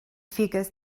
figures